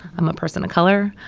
i'm a person of color.